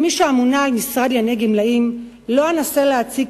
כמי שאמונה על המשרד לענייני גמלאים לא אנסה להציג